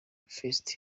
fest